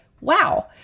wow